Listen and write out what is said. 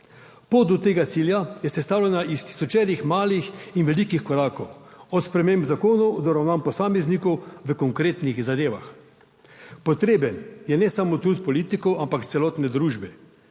Pot do tega cilja je sestavljena iz tisočerih malih in velikih korakov, od sprememb zakonov do ravnanj posameznikov v konkretnih zadevah. Potreben je, ne samo trud politikov, ampak celotne družbe.